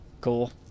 cool